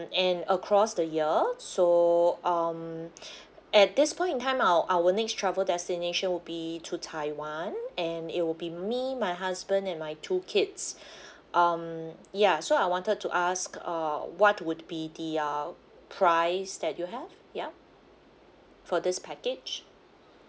and across the year so um at this point in time our our next travel destination would be to taiwan and it will be me my husband and my two kids um ya so I wanted to ask uh what would be the uh price that you have yup for this package